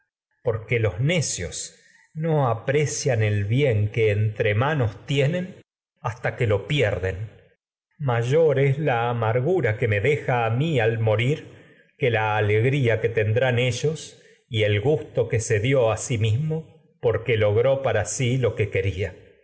porque los ne cios no aprecian el bien que entre manos tienen hasta amargura que me que mi lo pierden que mayor es la deja a al morir dió a la alegría que tendrán ellos y el gusto que ría se la sí mismo porque que le logró para si lo que que